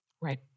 Right